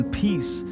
peace